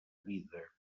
vida